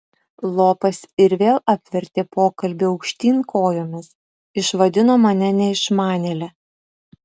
lopas ir vėl apvertė pokalbį aukštyn kojomis išvadino mane neišmanėle